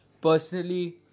personally